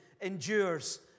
endures